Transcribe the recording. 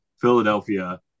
Philadelphia